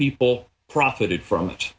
people profited from it